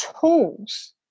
tools